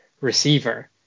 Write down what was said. receiver